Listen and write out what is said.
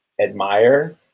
admire